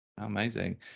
amazing